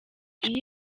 iyo